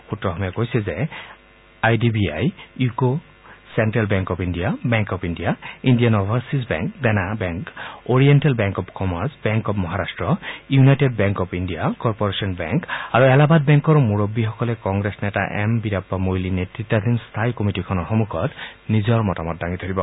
সূত্ৰসমূহে কৈছে যে I D B I UCO central bank of India bank of India Indian overseas bank Dena bank oriental bank of commerce bank of Maharashtra united bank of India corporation bank আৰু এলাহাবাদ বেংকৰ মূৰববীসকলে কংগ্ৰেছ নেতা M Veerappa Moily নেতৃতাধীন স্থায়ী কমিটীখনৰ সমুখত নিজৰ মতামত দাঙি ধৰিব